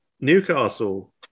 Newcastle